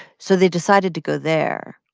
so they decided to go there.